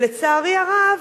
לצערי הרב,